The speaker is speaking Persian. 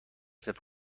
خواهیم